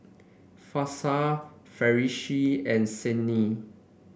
Hafsa Farish and Senin